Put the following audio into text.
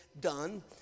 done